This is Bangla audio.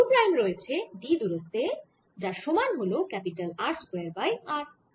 q প্রাইম রয়েছে d দূরত্বে যার সমান হল R স্কয়ার বাই r